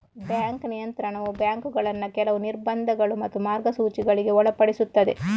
bank ನಿಯಂತ್ರಣವು ಬ್ಯಾಂಕುಗಳನ್ನ ಕೆಲವು ನಿರ್ಬಂಧಗಳು ಮತ್ತು ಮಾರ್ಗಸೂಚಿಗಳಿಗೆ ಒಳಪಡಿಸ್ತದೆ